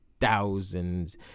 Thousands